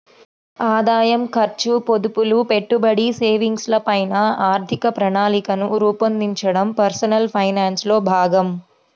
ఆదాయం, ఖర్చు, పొదుపులు, పెట్టుబడి, సేవింగ్స్ ల పైన ఆర్థిక ప్రణాళికను రూపొందించడం పర్సనల్ ఫైనాన్స్ లో భాగం